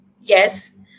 yes